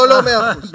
לא, לא, מאה אחוז.